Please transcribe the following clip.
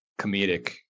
comedic